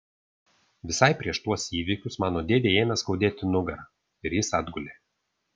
visai prieš tuos įvykius mano dėdei ėmė skaudėti nugarą ir jis atgulė